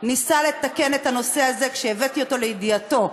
ניסה לתקן את הנושא הזה, כשהבאתי אותו לידיעתו.